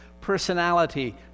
personality